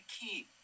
key